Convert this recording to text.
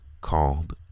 Called